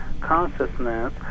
consciousness